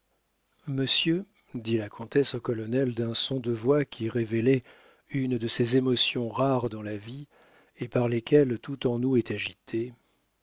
monsieur dit la comtesse au colonel d'un son de voix qui révélait une de ces émotions rares dans la vie et par lesquelles tout en nous est agité